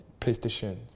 PlayStation